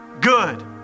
good